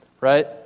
right